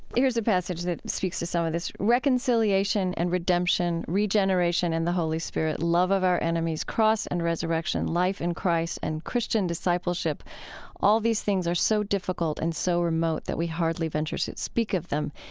here's a passage that speaks to some of this reconciliation and redemption, regeneration in the holy spirit, love of our enemies, cross and resurrection, life in christ and christian discipleship all these things are so difficult and so remote that we hardly venture to speak of them.